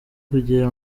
kugira